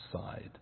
side